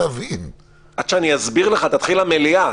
עד שאני אסביר לך, תתחיל המליאה.